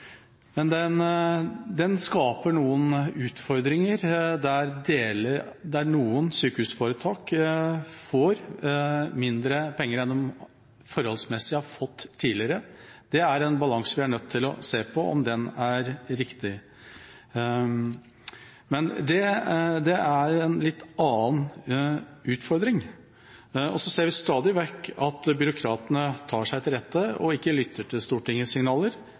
Men dette skaper noen utfordringer. Noen sykehusforetak får mindre penger forholdsmessig enn de har fått tidligere. Det er en balanse vi er nødt til å se på – om dette er riktig. Men det er en litt annen utfordring. Vi ser stadig vekk at byråkratene tar seg til rette og ikke lytter til Stortingets signaler.